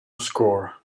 score